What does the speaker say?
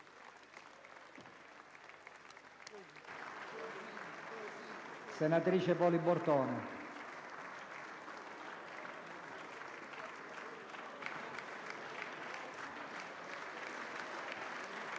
senatrice Poli Bortone.